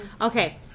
Okay